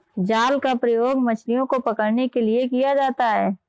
जाल का प्रयोग मछलियो को पकड़ने के लिये किया जाता है